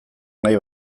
nahi